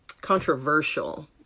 controversial